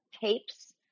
tapes